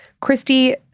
Christy